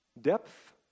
depth